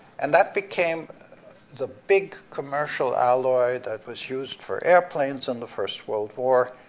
and that became the big commercial alloy that was used for airplanes in the first world war,